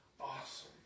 awesome